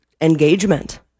engagement